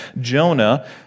Jonah